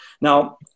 now